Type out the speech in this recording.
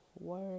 work